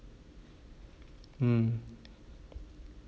hmm